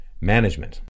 Management